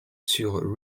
sur